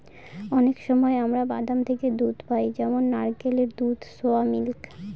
অনেক সময় আমরা বাদাম থেকে দুধ পাই যেমন নারকেলের দুধ, সোয়া মিল্ক